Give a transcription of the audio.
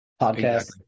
podcast